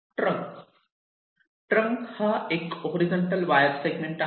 trunk हा एक horizontal wire segment आहे